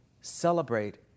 celebrate